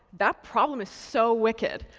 that problem is so wicked!